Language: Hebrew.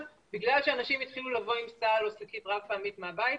בגלל שאנשים התחילו לבוא עם סל רב פעמי מהבית.